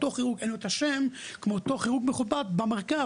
לאותו כירורג אין את השם כמו לאותו כירורג מכובד במרכז,